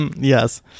Yes